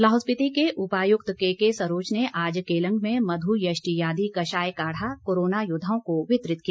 लाहौल स्पीति के उपायुक्त केके सरोच ने आज केलंग में मधुयष्टियादी कषाय काढ़ा कोरोना योद्वाओं को वितरित किया